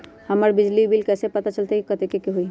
हमर बिजली के बिल कैसे पता चलतै की कतेइक के होई?